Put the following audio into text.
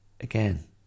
Again